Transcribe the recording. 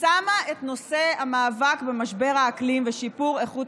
שמה את נושא המאבק במשבר האקלים ושיפור איכות